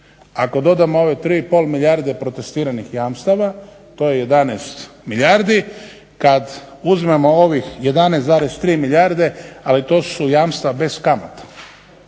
Ako dodamo ove 3,5 milijarde protestiranih jamstava to je 11 milijardi. Kad uzmemo ovih 11,3 milijarde, ali to su jamstva bez kamata,